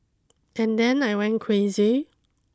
and then I went crazy